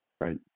Right